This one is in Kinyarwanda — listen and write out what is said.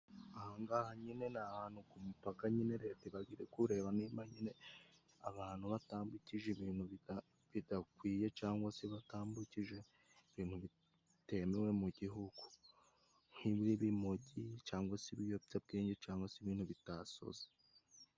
Aha ng'aha nyine ni ahantu ku mupaka nyine Leta iba iri kureba niba nyine abantu batambukije ibintu bidakwiye cangwa se batambukije ibintu bitemewe mu gihugu nk'ibimogi cangwa se ibiyobyabwenge cangwa se ibintu bitasoza.